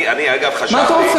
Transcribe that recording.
אני, אגב, חשבתי בגלל, מה אתה רוצה?